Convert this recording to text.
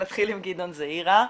גדעון זעירא,